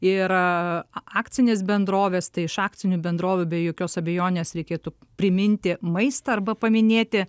ir akcinės bendrovės tai iš akcinių bendrovių be jokios abejonės reikėtų priminti maistą arba paminėti